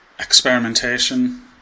experimentation